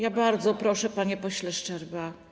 Ja bardzo proszę, panie pośle Szczerba.